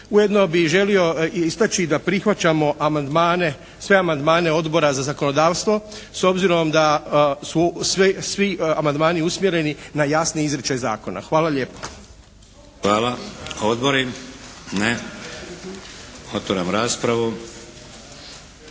Ujedno bi želio istaći da prihvaćamo amandmane, sve amandmane Odbora za zakonodavstvo, s obzirom da su svi amandmani usmjereni na jasni izričaj zakona. Hvala lijepo. **Šeks, Vladimir (HDZ)** Hvala. Odbori? Ne. Otvaram raspravu.